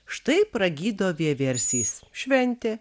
štai pragydo vieversys šventė